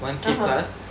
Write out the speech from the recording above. (uh huh)